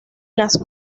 las